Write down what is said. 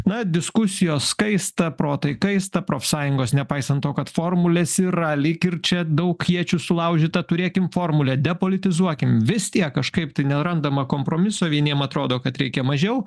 na diskusijos kaista protai kaista profsąjungos nepaisant to kad formulės yra lyg ir čia daug iečių sulaužyta turėkim formulę depolitizuokim vis tiek kažkaip tai nerandama kompromiso vieniem atrodo kad reikia mažiau